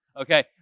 okay